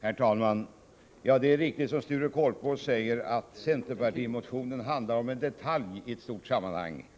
Herr talman! Det är riktigt, som Sture Korpås säger, att centerpartimotionen handlar om en detalj i ett stort sammanhang.